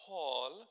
Paul